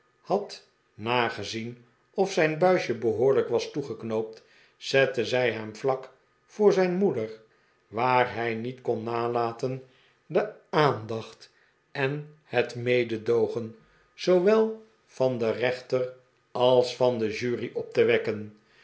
had nagezien of zijn buisje behoorlijk was toegeknoopt zette zij hem vlak voor zijn moeder waar hij niet kon nalaten de aandacht en het mededoogen zoowel van den rechter als van de jury op te wekken